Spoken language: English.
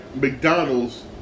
McDonald's